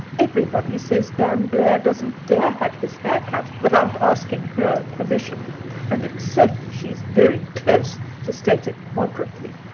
everybody says dan blair doesn't dare have his hair cut without asking her permission and it's certain she's very close, to state it moderately.